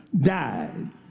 died